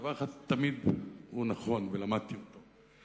דבר אחד תמיד נכון, ולמדתי אותו,